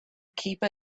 keep